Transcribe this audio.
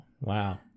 Wow